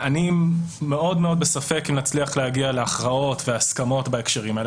אני מאוד מאוד בספק אם נצליח להגיע להכרעות ולהסכמות בהקשרים האלה.